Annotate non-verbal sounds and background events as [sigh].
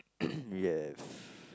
[noise] yes